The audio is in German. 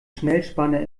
schnellspanner